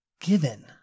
given